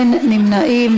אין נמנעים.